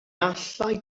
allai